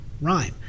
rhyme